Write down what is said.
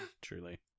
truly